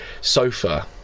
sofa